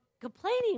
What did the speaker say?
complaining